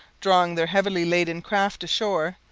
drawing their heavily laden craft ashore,